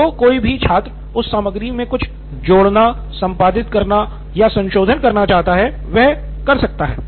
जो कोई भी छात्र उस सामग्री मे कुछ जोड़ना संपादित करना संशोधन करना चाहता है वह कर सकता है